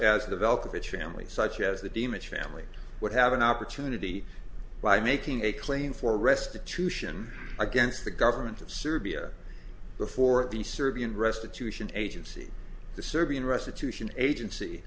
as develop its family such as the demons family would have an opportunity by making a claim for restitution against the government of serbia before the serbian restitution agency the serbian restitution agency